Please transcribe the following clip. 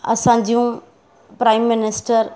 असां जूं prime minister